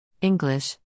English